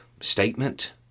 statement